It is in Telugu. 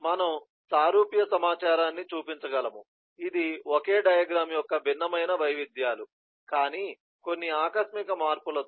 మనము సారూప్య సమాచారాన్ని చూపించగలము ఇది ఒకే డయాగ్రమ్ యొక్క భిన్నమైన వైవిధ్యాలు కానీ కొన్ని ఆకస్మిక మార్పులతో